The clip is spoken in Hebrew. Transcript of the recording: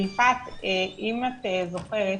ויפעת, אם את זוכרת,